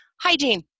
hygiene